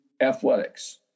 athletics